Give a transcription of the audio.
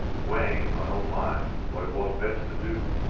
weighing in my own mind what it was best to do.